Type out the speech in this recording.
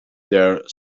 there